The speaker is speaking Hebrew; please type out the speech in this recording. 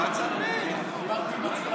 תספרי, תספרי.